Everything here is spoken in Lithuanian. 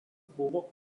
buvo